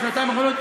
בשנתיים האחרונות,